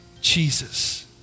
Jesus